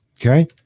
Okay